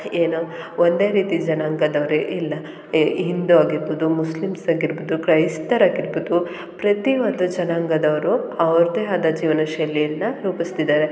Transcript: ಏನು ಒಂದೇ ರೀತಿ ಜನಾಂಗದವರೇ ಇಲ್ಲ ಹಿಂದೂ ಆಗಿರ್ಬೋದು ಮುಸ್ಲಿಮ್ಸ್ ಆಗಿರ್ಬೋದು ಕ್ರೈಸ್ತರು ಆಗಿರ್ಬೋದು ಪ್ರತಿ ಒಂದು ಜನಾಂಗದವರು ಅವ್ರದ್ದೇ ಆದ ಜೀವನಶೈಲಿಯನ್ನು ರೂಪಿಸ್ತಿದ್ದಾರೆ